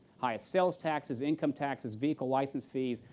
highest sales taxes, income taxes, vehicle license fees.